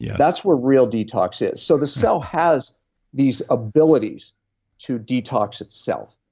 yeah that's where real detox is. so the cell has these abilities to detox itself,